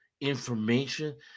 information